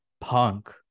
Punk